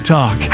Talk